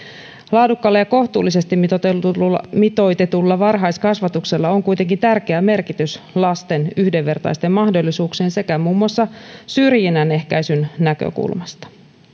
laadukkaalla ja kohtuullisesti mitoitetulla mitoitetulla varhaiskasvatuksella on kuitenkin tärkeä merkitys lasten yhdenvertaisten mahdollisuuksien sekä muun muassa syrjinnän ehkäisyn näkökulmasta